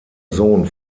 sohn